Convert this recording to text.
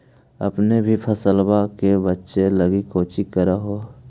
अपने सभी फसलबा के बच्बे लगी कौची कर हो?